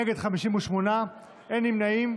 נגד, 58, אין נמנעים.